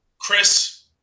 Chris